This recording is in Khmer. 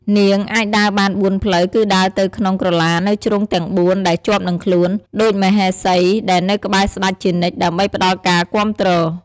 នាង អាចដើរបានបួនផ្លូវ គឺដើរទៅក្នុងក្រឡានៅជ្រុងទាំងបួនដែលជាប់នឹងខ្លួន ដូចមហេសីដែលនៅក្បែរស្តេចជានិច្ច ដើម្បីផ្តល់ការគាំទ្រ។